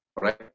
right